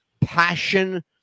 passion